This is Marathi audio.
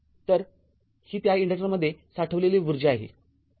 तर ही त्या इन्डक्टरमध्ये साठविलेली ऊर्जा आहे